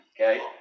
Okay